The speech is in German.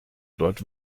dort